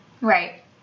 Right